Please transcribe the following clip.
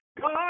God